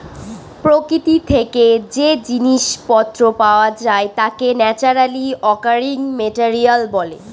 প্রকৃতি থেকে যে জিনিস পত্র পাওয়া যায় তাকে ন্যাচারালি অকারিং মেটেরিয়াল বলে